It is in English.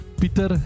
Peter